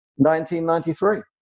1993